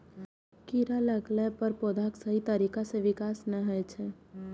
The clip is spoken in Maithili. कीड़ा लगला पर पौधाक सही तरीका सं विकास नै होइ छै